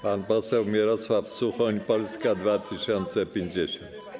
Pan poseł Mirosław Suchoń, Polska 2050.